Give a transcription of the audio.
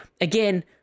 again